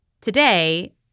Today